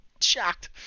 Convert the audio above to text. shocked